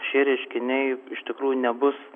šie reiškiniai iš tikrųjų nebus